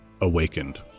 awakened